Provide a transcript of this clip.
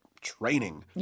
training